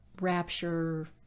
rapture